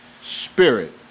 Spirit